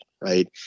right